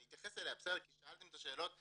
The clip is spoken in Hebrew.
ואני אתייחס אליה כי שאלתם את השאלות,